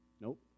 Nope